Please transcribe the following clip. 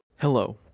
Hello